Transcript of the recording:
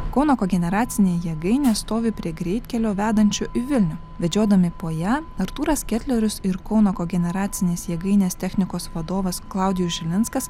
kauno kogeneracinė jėgainė stovi prie greitkelio vedančio į vilnių vedžiodami po ją artūras ketlerius ir kauno kogeneracinės jėgainės technikos vadovas klaudijus žilinskas